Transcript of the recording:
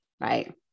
right